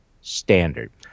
standard